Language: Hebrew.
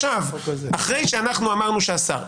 אחרי שאמרנו שהשר,